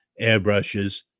airbrushes